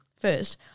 First